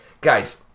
Guys